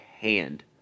hand